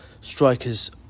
strikers